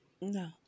No